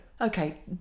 okay